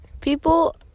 People